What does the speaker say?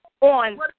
on